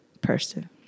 person